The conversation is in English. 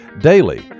Daily